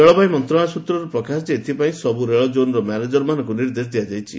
ରେଳବାଇ ମନ୍ତ୍ରଣାଳୟ ସୂତ୍ରରୁ ପ୍ରକାଶ ଯେ ଏଥିପାଇଁ ସବୁ ରେଳ କୋନ୍ର ମ୍ୟାନେଜରମାନଙ୍କୁ ନିର୍ଦ୍ଦେଶ ଦିଆଯାଇଛି